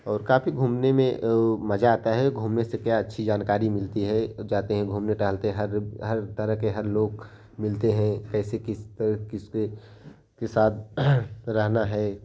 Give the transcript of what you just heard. और काफ़ी घूमने में ओ मज़ा आता है घूमने से क्या अच्छी जानकारी मिलती है जाते हैं घूमने टहलते हर हर तरह के हर लोग मिलते हैं कैसे किस त किस पर के साथ रहना है